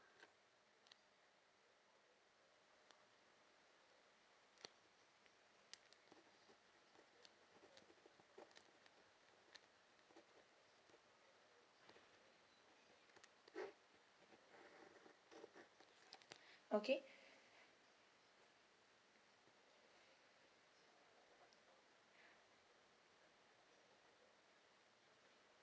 okay